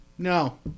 No